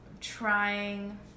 trying